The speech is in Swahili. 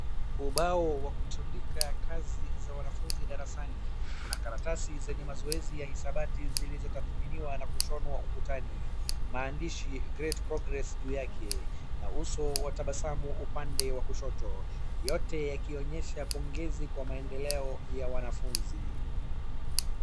Ubao wa kutundika kazi za wanafunzi darasani una karatasi zenye mazoezi ya hisabati zilizotathminiwa na kushonwa ukutani. Maandishi great progress juu yake na uso wa tabasamu upande wa kushoto. Yote yakionyesha pongezi kwa maendeleo ya wanafunzi.